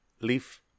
leaf